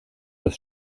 das